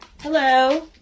Hello